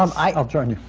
um i'll join you.